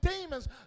demons